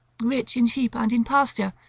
rich in sheep and in pasture,